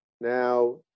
Now